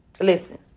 listen